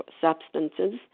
substances